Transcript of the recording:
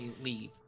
leave